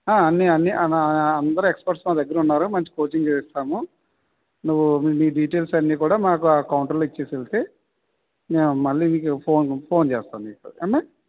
అన్ని అన్ని అందరు ఎక్స్పర్ట్స్ మా దగ్గర ఉన్నారు మంచి కోచింగ్ ఇస్తాము నువ్వు నీ డీటెయిల్స్ అన్నీ కూడా మాకు ఆ కౌంటర్లో ఇచ్చేసి వెళ్తే మేము మళ్ళీ మీకు ఫోన్ ఫోన్ చేస్తాము మీకు ఏమ్మా